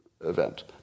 event